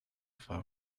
for